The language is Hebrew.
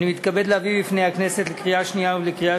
אני מתכבד להביא בפני הכנסת לקריאה שנייה ולקריאה